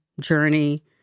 journey